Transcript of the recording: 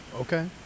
okay